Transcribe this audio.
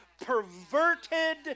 perverted